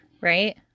right